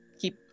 keep